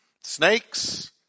snakes